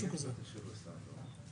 הוא זה שמחליט בסופו של דבר מה יקרה עם המשגיח.